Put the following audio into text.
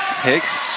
Hicks